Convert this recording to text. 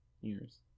years